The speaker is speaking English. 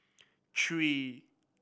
three